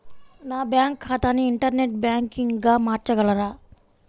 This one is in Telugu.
నా బ్యాంక్ ఖాతాని ఇంటర్నెట్ బ్యాంకింగ్గా మార్చగలరా?